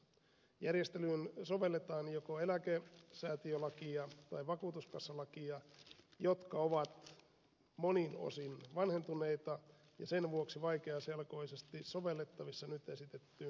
järjestelyyn sovelletaan joko eläkesäätiölakia tai vakuutuskassalakia jotka ovat monin osin vanhentuneita ja sen vuoksi vaikeaselkoisesti sovellettavissa nyt esitettyyn lakiehdotukseen